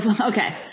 Okay